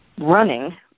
running